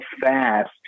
fast